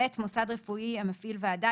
(ב)מוסד רפואי המפעיל ועדה,